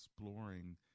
exploring